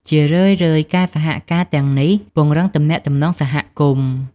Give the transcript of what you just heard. ជារឿយៗ ការសហការទាំងនេះពង្រឹងទំនាក់ទំនងសហគមន៍។